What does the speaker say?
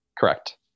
Correct